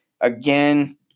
Again